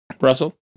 Russell